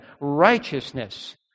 Righteousness